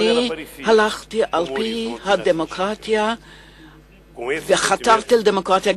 אני הלכתי על-פי הדמוקרטיה וחתרתי לדמוקרטיה,